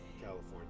California